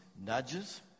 nudges